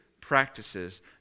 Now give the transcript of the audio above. practices